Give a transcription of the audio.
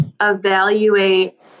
evaluate